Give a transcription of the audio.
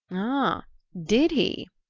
ah did he?